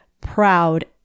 proud